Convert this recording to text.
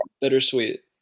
bittersweet